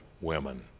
women